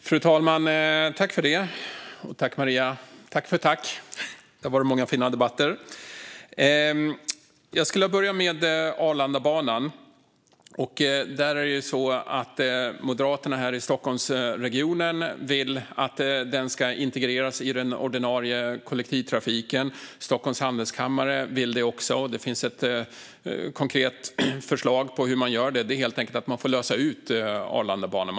Fru talman! Tack för tack, Maria! Det har varit många fina debatter. Jag skulle vilja börja med Arlandabanan. Moderaterna i Stockholmsregionen vill att den ska integreras i den ordinarie kollektivtrafiken. Det vill även Stockholms Handelskammare, och det finns ett konkret förslag på hur man gör det. Man får helt enkelt lösa ut Arlandabanan.